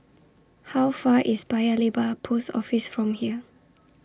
How Far IS Paya Lebar Post Office from here